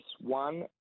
one